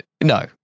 no